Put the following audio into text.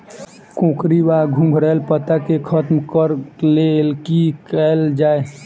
कोकरी वा घुंघरैल पत्ता केँ खत्म कऽर लेल की कैल जाय?